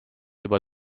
juba